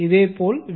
இதேபோல் வி